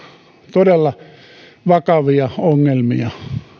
todella vakavia ongelmia